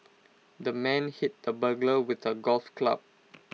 the man hit the burglar with A golf club